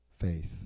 faith